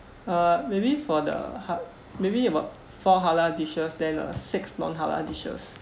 uh maybe for the ha~ maybe about four halal dishes then uh six non halal dishes